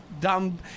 dumb